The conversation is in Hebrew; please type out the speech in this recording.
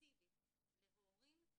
מאסיבית להורים,